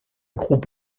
groupe